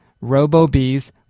Robo-bees